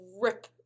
rip